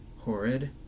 horrid